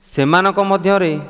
ସେମାନଙ୍କ ମଧ୍ୟରେ